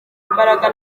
imbaraga